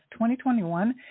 2021